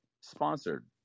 sponsored